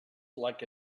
like